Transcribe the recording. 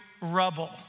rubble